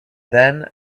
then